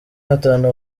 batanu